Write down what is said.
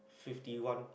fifty one